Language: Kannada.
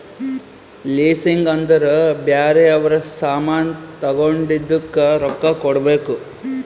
ಲೀಸಿಂಗ್ ಅಂದುರ್ ಬ್ಯಾರೆ ಅವ್ರ ಸಾಮಾನ್ ತಗೊಂಡಿದ್ದುಕ್ ರೊಕ್ಕಾ ಕೊಡ್ಬೇಕ್